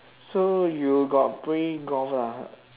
so you got play golf lah